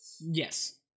Yes